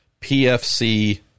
PFC